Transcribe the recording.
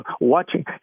watching